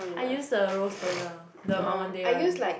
I use the rose toner the my one day [one]